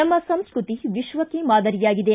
ನಮ್ಮ ಸಂಸ್ಕೃತಿ ವಿಶ್ವಕ್ಷೆ ಮಾದರಿ ಆಗಿದೆ